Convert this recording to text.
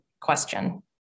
question